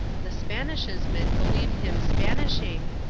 the spanishesmen believe him spanishing,